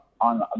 on